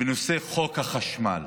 בנושא חוק החשמל.